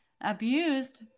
abused